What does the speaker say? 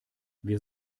wir